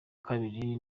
kabiri